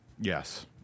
Yes